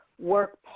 work